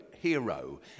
hero